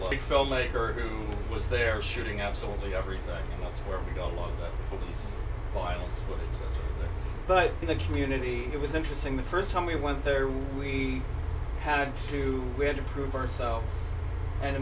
the filmmaker who was there shooting absolutely everything that's where we go along with violence but the community it was interesting the first time we went there we had to we had to prove ourselves and